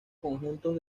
conjuntos